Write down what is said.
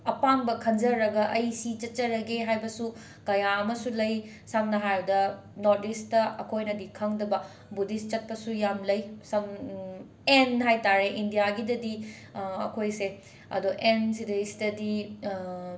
ꯑꯄꯥꯝꯕ ꯈꯟꯖꯔꯒ ꯑꯩꯁꯤ ꯆꯠꯆꯔꯒꯦ ꯍꯥꯏꯕꯁꯨ ꯀꯌꯥꯑꯃꯁꯨ ꯂꯩ ꯁꯝꯅ ꯍꯥꯏꯔꯕꯗ ꯅꯣꯔꯠ ꯏꯁꯠꯇ ꯑꯈꯣꯏꯅꯗꯤ ꯈꯪꯗꯕ ꯕꯨꯙꯤꯁꯠ ꯆꯠꯄꯁꯨ ꯌꯥꯝ ꯂꯩ ꯁꯝ ꯑꯦꯟ ꯍꯥꯏꯇꯔꯦ ꯏꯟꯗꯤꯌꯥꯒꯤꯗꯗꯤ ꯑꯩꯈꯣꯏꯁꯦ ꯑꯗꯣ ꯑꯦꯟ ꯁꯤꯗꯩꯁꯤꯗꯗꯤ